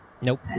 Nope